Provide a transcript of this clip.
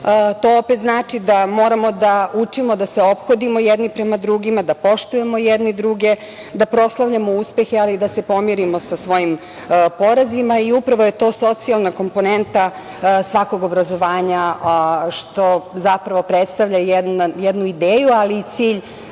To opet znači da moramo da učimo da se ophodimo jedni prema drugima, da poštujemo jedni drugi, da proslavljamo uspehe, ali i da se pomirimo sa svojim porazima i upravo je to socijalna komponenta svakog obrazovanja, što zapravo predstavlja jednu ideju, ali i cilj